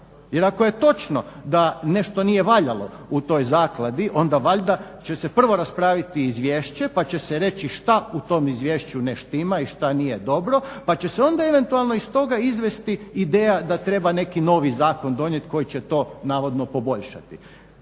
jer ako je točno da nešto nije valjalo u toj zakladi onda valjda će se prvo raspraviti izvješće. Pa će se reći što u tom izvješću ne štima i što nije dobro pa će se onda eventualno iz toga izvesti ideja da treba neki novi zakon donijeti koji će to navodno poboljšati.